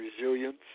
resilience